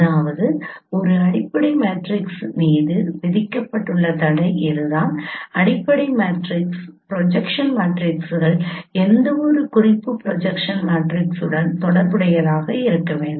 ஆகவே ஒரு அடிப்படை மேட்ரிக்ஸின் மீது விதிக்கப்பட்டுள்ள தடை இதுதான் அடிப்படை மேட்ரிக்ஸ் ப்ரொஜெக்ஷன் மேட்ரிக்ஸ்கள் எந்தவொரு குறிப்பு ப்ரொஜெக்ஷன் மேட்ரிக்ஸுடனும் தொடர்புடையதாக இருக்க வேண்டும்